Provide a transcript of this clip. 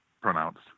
pronounced